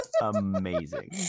Amazing